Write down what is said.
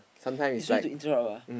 eh sorry to interrupt ah